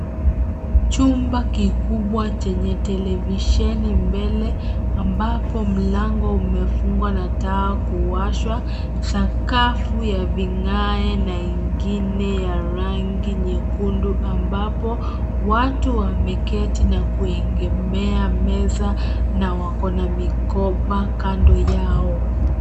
Chumba kikubwa chenye televisheni mbele ambapo mlango umefungwa na taa kuwashwa. Sakafu ya vigae na wengine ya rangi nyekundu ambapo watu wameketi na kuegemea meza na wako na mikoba kando yao.